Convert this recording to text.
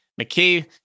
McKay